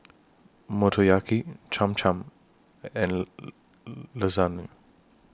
Motoyaki Cham Cham and Lasagne